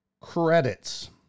credits